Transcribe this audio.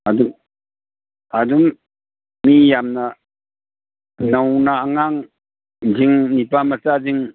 ꯑꯗꯨ ꯑꯗꯨꯝ ꯃꯤ ꯌꯥꯝꯅ ꯅꯧꯅ ꯑꯉꯥꯡꯁꯤꯡ ꯅꯨꯄꯥꯃꯆꯥꯁꯤꯡ